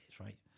right